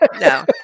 No